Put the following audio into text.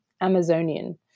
Amazonian